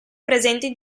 presenti